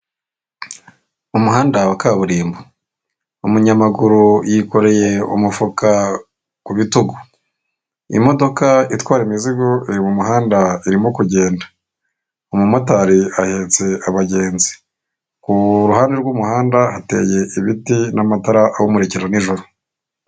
Umuhanda wa kaburimbo. Umunyamaguru yikoreye umufuka ku bitugu. Imodoka itwara imizigo, iri mu muhanda irimo kugenda. Umumotari ahetse abagenzi. Ku ruhande rw'umuhanda, hateye ibiti n'amatara awumurikira nijoro.